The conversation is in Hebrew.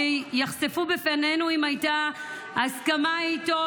ביקשתי שיחשפו בפנינו אם הייתה הסכמה איתו